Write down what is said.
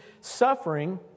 suffering